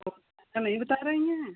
बहुत ज़्यादा नहीं बता रही हैं